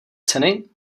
ceny